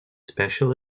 special